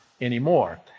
anymore